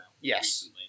Yes